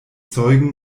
zeugen